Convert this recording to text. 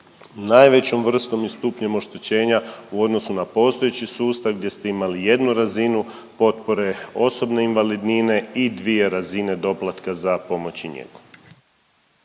najvećom vrstom i stupnjem oštećenja u odnosu na postojeći sustav, gdje ste imali jednu razinu potpore osobne invalidnine i dvije razine doplatka za pomoć i njegu.